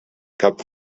cap